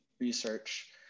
research